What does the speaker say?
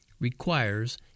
requires